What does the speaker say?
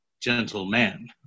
gentleman